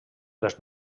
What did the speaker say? les